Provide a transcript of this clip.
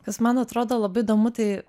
kas man atrodo labai įdomu tai